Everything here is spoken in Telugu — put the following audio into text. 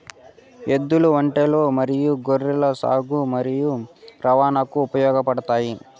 ఎద్దులు, ఒంటెలు మరియు గుర్రాలు సాగు మరియు రవాణాకు ఉపయోగపడుతాయి